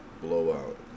blowout